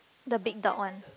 the big dog one